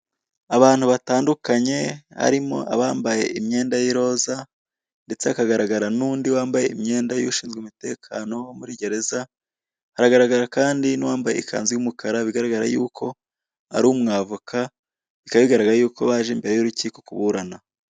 Abantu batandukanye harimo abambaye imyenda y'iroza ndetse hakagaragara n'undi wambaye imyenda y'ushizwe umutekano wo muri gereza haragargara kandi n'uwambaye ikanzu y'umukara bigaragara yuko ari umw'avoka bikaba bigaragara yuko baje imbere y'urukiko kuburana.